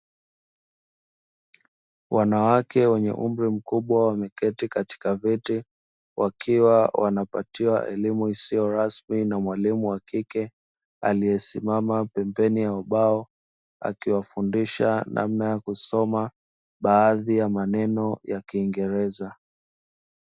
Wanawake wenye umri mkubwa wameketi katika viti wakiwa wanapatiwa elimu isiyo rasmi na mwalimu wa kike aliyesimama pembeni ya ubao akiwafundisha namna ya kusoma baadhi ya maneno ya kiingereza.